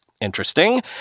Interesting